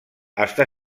està